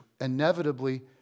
inevitably